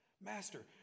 Master